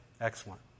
Excellent